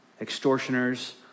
extortioners